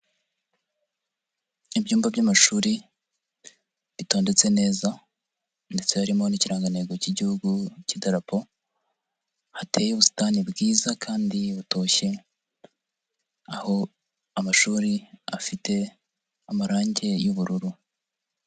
Ibyumba by'amashuri bitondetse neza ndetse harimo n'ikirangantego cy'igihugu cy'idarapo, hateye ubusitani bwiza kandi butoshye aho amashuri afite amarangi y'ubururu.